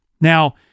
Now